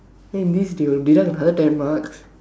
then this dude deduct another ten marks